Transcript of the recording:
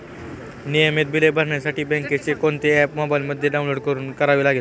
नियमित बिले भरण्यासाठी बँकेचे कोणते ऍप मोबाइलमध्ये डाऊनलोड करावे लागेल?